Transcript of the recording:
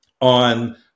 on